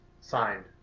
signed